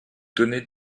donnez